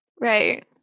Right